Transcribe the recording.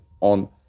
on